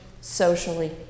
socially